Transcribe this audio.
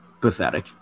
pathetic